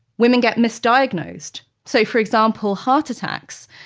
women get misdiagnosed. so for example, heart attacks.